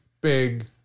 big